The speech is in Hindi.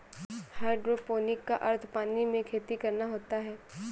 हायड्रोपोनिक का अर्थ पानी में खेती करना होता है